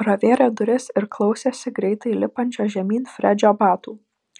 pravėrė duris ir klausėsi greitai lipančio žemyn fredžio batų